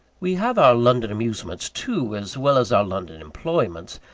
we have our london amusements, too, as well as our london employments.